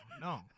no